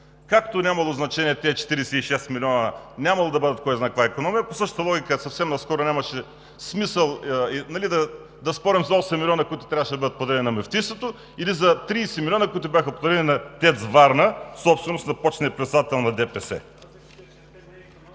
както нямали значение тези 46 милиона – нямало да бъдат кой знае каква икономия, по същата логика съвсем наскоро нямаше смисъл да спорим за 8 милиона, които трябваше да бъдат подарени на Мюфтийството или за 30 милиона, които бяха подарени на ТЕЦ „Варна“ – собственост на почетния председател на ДПС.